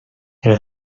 elle